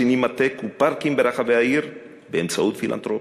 סינמטק ופארקים ברחבי העיר באמצעות פילנתרופיה,